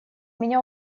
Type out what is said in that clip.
меня